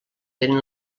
tenen